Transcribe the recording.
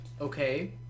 Okay